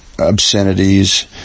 obscenities